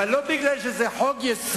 אבל לא מפני שזה חוק-יסוד,